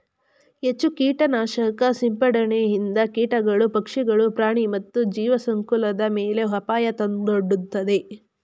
ಹೆಚ್ಚು ಕೀಟನಾಶಕ ಸಿಂಪಡಣೆಯಿಂದ ಕೀಟಗಳು, ಪಕ್ಷಿಗಳು, ಪ್ರಾಣಿ ಮತ್ತು ಜೀವಸಂಕುಲದ ಮೇಲೆ ಅಪಾಯ ತಂದೊಡ್ಡುತ್ತದೆ